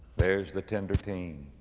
there is the tender teen,